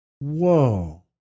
Whoa